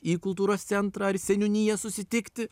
į kultūros centrą ar seniūniją susitikti